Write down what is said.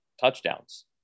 touchdowns